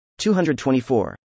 224